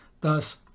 Thus